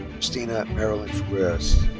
christina marilyn figueiras.